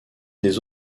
des